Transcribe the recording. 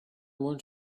want